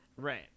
Right